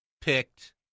picked